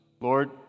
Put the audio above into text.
Lord